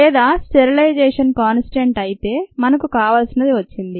లేదా "sterilization" "constant అయితే మనకు కావలసింది వచ్చింది